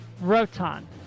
Rotan